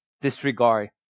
disregard